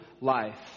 life